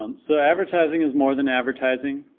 um so advertising is more than advertising